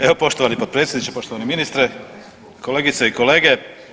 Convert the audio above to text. Evo poštovani potpredsjedniče, poštovani ministre, kolegice i kolege.